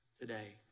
today